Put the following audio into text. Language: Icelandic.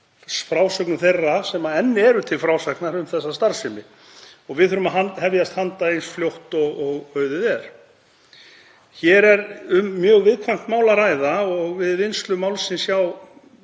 sögum þeirra sem enn eru til frásagnir um þessa starfsemi og við þurfum að hefjast handa eins fljótt og auðið er. Hér er um mjög viðkvæmt mál að ræða og við vinnslu málsins hjá